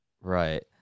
Right